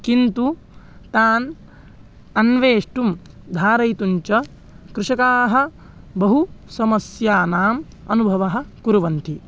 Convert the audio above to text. किन्तु तान् अन्वेष्टुं धारयितुञ्च कृषकाः बहु समस्यानाम् अनुभवं कुर्वन्ति